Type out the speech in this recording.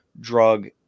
drug